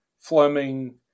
Fleming